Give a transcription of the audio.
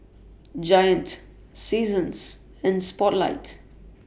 Giant Seasons and Spotlight